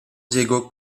diego